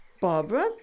barbara